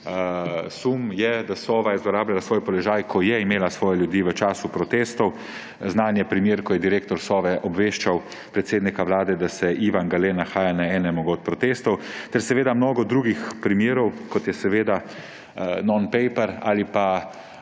sum je, da je Sova zlorabljala svoj položaj, ko je imela svoje ljudi v času protestov. Znan je primer, ko je direktor Sove obveščal predsednika vlade, da se Ivan Gale nahaja na enem od protestov. Obstaja še mnogo drugih primerov kot je tudi non-paper. Ali pa